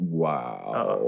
wow